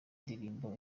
ndirimbo